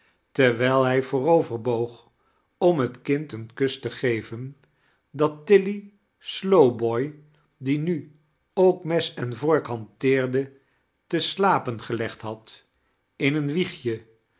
terwijl hij vooroverboog om het kind een kus te geven dat tilly slowboy die nu ook mes en vork lianteexde te slapen gelegd had in een wiegje